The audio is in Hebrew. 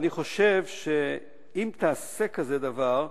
אני חושב שאם תעשה כזה דבר,